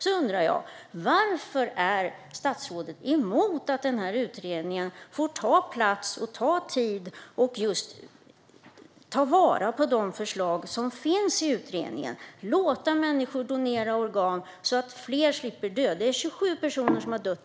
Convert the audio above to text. Då undrar jag: Varför är statsrådet emot att denna utredning får ta plats och tid och emot att ta vara på de förslag som finns i utredningen för att låta människor donera organ så att fler slipper dö? Hittills i år har 27 personer dött.